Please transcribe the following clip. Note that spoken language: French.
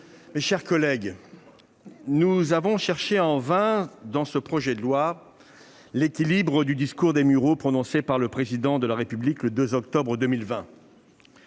mes chers collègues, nous avons cherché en vain, dans ce projet de loi, l'équilibre du discours des Mureaux prononcé par le Président de la République le 2 octobre 2020.